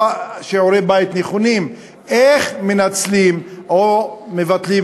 שיעורי-בית נכונים איך מנצלים או מבטלים,